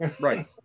Right